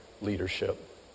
leadership